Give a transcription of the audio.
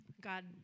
God